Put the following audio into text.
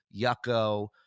Yucco